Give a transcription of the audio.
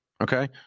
Okay